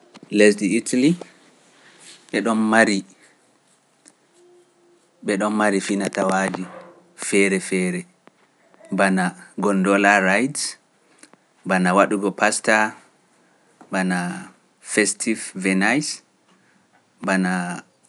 Lesdi Itali, ɓe ɗon mari finatawaaji feere feere, bana gondoola Rides, bana waɗugo Pasta, bana Festif Venise, bana...